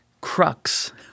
crux –